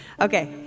okay